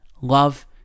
love